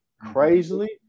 crazily